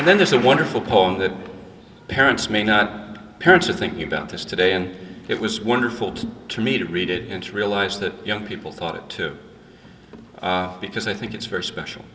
and then there's a wonderful poem that parents may not parents are thinking about this today and it was wonderful to me to read it and to realize that young people thought it too because i think it's very special